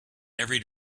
every